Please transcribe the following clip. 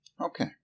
Okay